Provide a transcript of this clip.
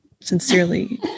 sincerely